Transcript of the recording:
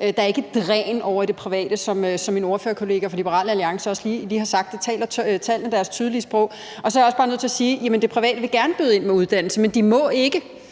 Der er ikke et dræn over i det private, som min ordførerkollega fra Liberal Alliance også lige har sagt. Det taler tallene deres tydelige sprog om. Så er jeg også bare nødt til at sige, at det private gerne vil byde ind med uddannelse, men at de ikke